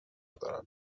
دارم